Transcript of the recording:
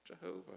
Jehovah